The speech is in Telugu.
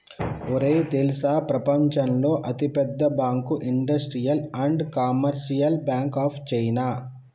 ఒరేయ్ తెల్సా ప్రపంచంలో అతి పెద్ద bank industrial and commercial bank of China